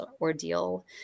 ordeal